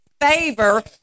favor